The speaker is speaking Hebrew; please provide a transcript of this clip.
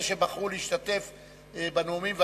אלה שבחרו להשתתף בנאומים,